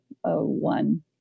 one